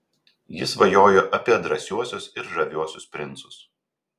ji svajojo apie drąsiuosius ir žaviuosius princus